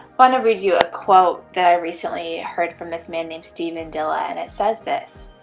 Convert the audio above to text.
wanna read you a quote that i recently heard from this man named steven dilla and it says this